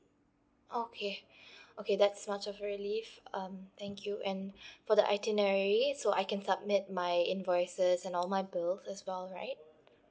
okay okay that's much of relief um thank you and for the itinerary so I can submit my invoices and all my bills as well right